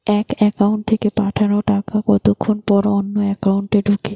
এক একাউন্ট থেকে পাঠানো টাকা কতক্ষন পর অন্য একাউন্টে ঢোকে?